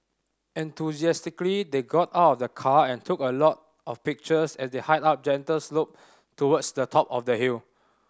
enthusiastically they got out of the car and took a lot of pictures as they hiked up a gentle slope towards the top of the hill